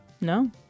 No